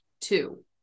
Two